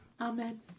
Amen